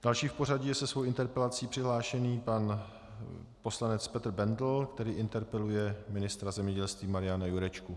Další v pořadí je se svou interpelací přihlášený pan poslanec Petr Bendl, který interpeluje ministra zemědělství Mariana Jurečku.